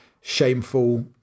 shameful